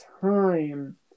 time